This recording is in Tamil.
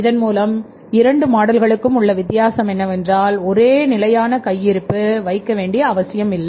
இதன் மூலம் 2 மாடல்களுக்கும் உள்ள வித்தியாசம் என்னவென்றால் ஒரே நிலையான கையிருப்பு வைக்க வேண்டிய அவசியம் இல்லை